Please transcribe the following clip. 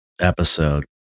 episode